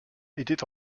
était